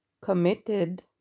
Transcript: committed